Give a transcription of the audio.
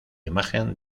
imagen